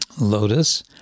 lotus